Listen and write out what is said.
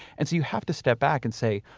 and so, you have to step back and say,